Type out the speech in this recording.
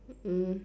mm